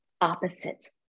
opposites